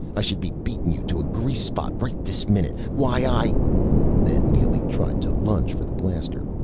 i should be beatin' you to a grease-spot right this minute! why i then neely tried to lunge for the blaster.